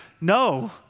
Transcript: no